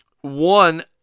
one